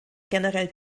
generell